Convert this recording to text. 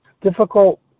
Difficult